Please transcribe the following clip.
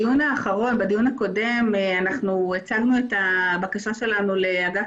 בדיון הקודם הצגנו את הבקשה שלנו לאגף